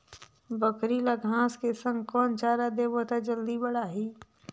बकरी ल घांस के संग कौन चारा देबो त जल्दी बढाही?